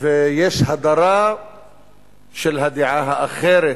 ויש הדרה של הדעה האחרת.